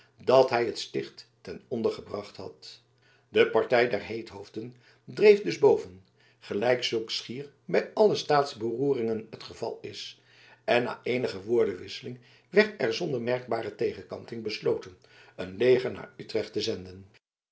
dat hij het sticht ten ondergebracht had de partij der heethoofden dreef dus boven gelijk zulks schier bij alle staatsberoeringen het geval is en na eenige woordenwisseling werd er zonder merkbare tegenkanting besloten een leger naar utrecht te zenden